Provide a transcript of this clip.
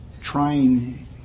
trying